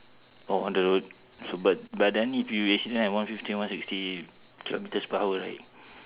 oh on the road but but then if you accident at one fifty one sixty kilometres per hour right